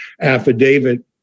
affidavit